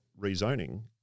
rezoning